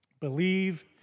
Believe